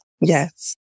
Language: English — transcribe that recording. Yes